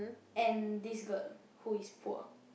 and this girl who is poor